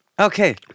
Okay